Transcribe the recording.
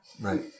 Right